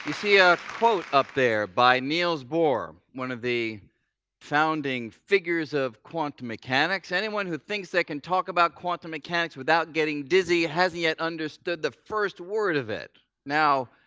see a quote up there by niels bohr, one of the founding figures of quantum mechanics anyone who thinks they can talk about quantum mechanics without getting dizzy hasn't yet understood the first word of it now,